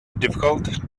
difficult